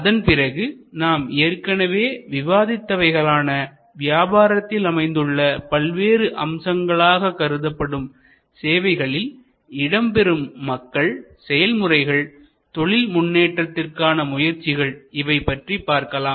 அதன்பிறகு நாம் ஏற்கனவே விவாதித்தவகளான வியாபாரத்தில் அமைந்துள்ள பல்வேறு அம்சங்களாக கருதப்படும் சேவைகளில் இடம்பெறும் மக்கள்செயல்முறைகள்தொழில் முன்னேற்றத்திற்கான முயற்சிகள் இவைபற்றி பார்க்கலாம்